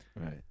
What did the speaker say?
right